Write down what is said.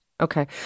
Okay